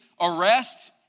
arrest